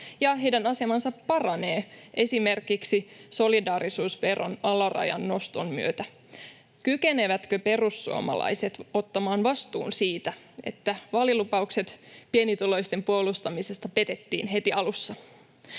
ja heidän asemansa paranee esimerkiksi solidaarisuusveron alarajan noston myötä. Kykenevätkö perussuomalaiset ottamaan vastuun siitä, että vaalilupaukset pienituloisten puolustamisesta petettiin heti alussa?